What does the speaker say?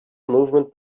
movement